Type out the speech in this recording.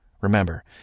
remember